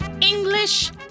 English